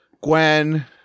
Gwen